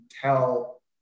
tell